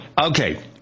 Okay